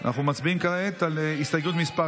מצביעים כעת על הסתייגות מס'